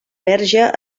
verge